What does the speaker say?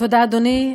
תודה, אדוני.